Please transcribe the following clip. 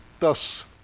Thus